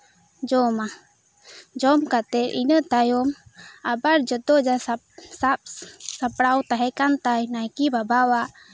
ᱡᱚᱢᱟ ᱡᱚᱢ ᱠᱟᱛᱮᱫ ᱤᱱᱟᱹᱛᱟᱭᱚᱢ ᱟᱵᱟᱨ ᱡᱚᱛᱚ ᱥᱟᱯ ᱥᱟᱯᱲᱟᱣ ᱛᱟᱦᱮᱸ ᱠᱟᱱ ᱛᱟᱭ ᱱᱟᱭᱠᱮ ᱵᱟᱵᱟ ᱟᱜ